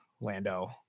Lando